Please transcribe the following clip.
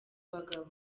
bagabo